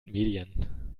medien